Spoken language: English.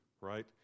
right